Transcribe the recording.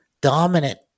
dominant